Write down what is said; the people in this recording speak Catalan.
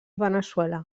veneçuela